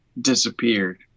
disappeared